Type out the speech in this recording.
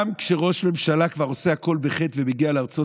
גם כשראש ממשלה כבר עושה הכול בחטא ומגיע לארצות